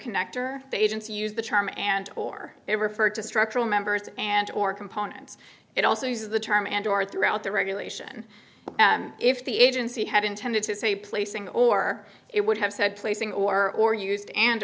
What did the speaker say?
connector agents use the term and or they refer to structural members and or components it also uses the term and or throughout the regulation and if the agency had intended to say placing or it would have said placing or or used and